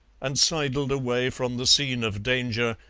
and sidled away from the scene of danger,